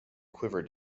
quiver